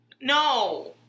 no